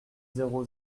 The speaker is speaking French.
zéro